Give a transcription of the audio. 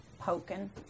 poking